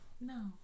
No